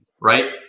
right